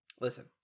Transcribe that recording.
listen